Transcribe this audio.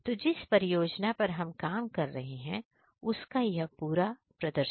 तो जिस परियोजना पर हम काम कर रहे हैं उसका यह पूरा प्रदर्शन